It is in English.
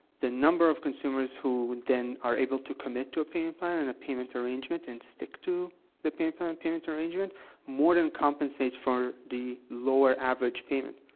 the number of consumers who then are able to commit to a payment plan and a payment arrangement and stick to the payment plan and payment arrangement more than compensates for the lower average payment.